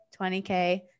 20K